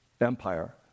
empire